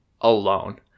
alone